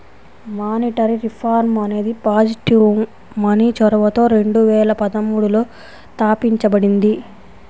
monetary reform అనేది positive money చొరవతో రెండు వేల పదమూడులో తాపించబడింది